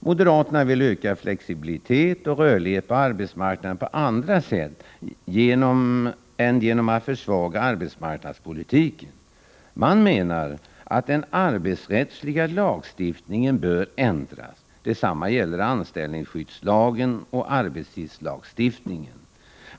Moderaterna vill öka flexibilitet och rörlighet på arbetsmarknaden på andra sätt än genom att försvaga arbetsmarknadspolitiken. Man menar att den arbetsrättsliga lagstiftningen bör ändras. Detsamma gäller anställningsskyddslagen och arbetstidslagstiftningen.